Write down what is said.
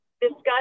discuss